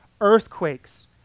earthquakes